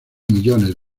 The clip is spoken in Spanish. millones